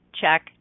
check